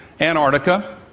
Antarctica